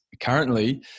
currently